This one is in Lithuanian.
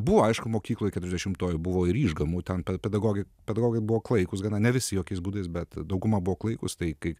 buvo aišku mokykloj keturiasdešimtoj buvo ir išgamų ten pat pedagogai pedagogai buvo klaikūs gana ne visi jokiais būdais bet dauguma buvo klaikūs tai kaip